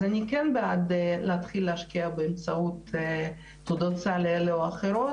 אז אני כן בעד להתחיל להשקיע באמצעות תעודות סל אלה או אחרות,